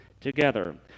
together